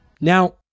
now